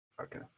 Okay